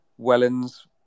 Wellens